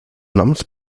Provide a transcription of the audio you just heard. noms